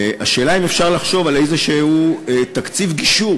השאלה היא אם אפשר לחשוב על תקציב גישור